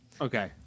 okay